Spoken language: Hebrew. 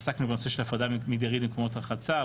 עסקנו בנושא של הפרדה מגדרית במקומות רחצה,